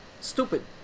stupid